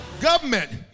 Government